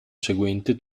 seguente